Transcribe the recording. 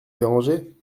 déranger